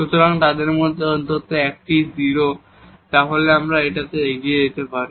সুতরাং তাদের মধ্যে অন্তত একটি 0 তাহলে আমরা এই ভাবে এগিয়ে যেতে পারি